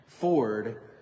Ford